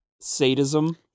sadism